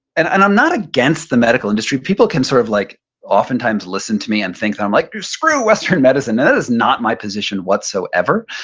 and and i'm not against the medical industry, people can sort of like oftentimes listen to me and think that i'm, like screw western medicine! that is not my position whatsoever,